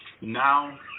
Now